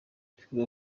bikorwa